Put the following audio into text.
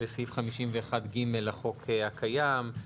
לסעיף 51ג לחוק הקיים,